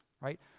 right